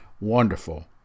Wonderful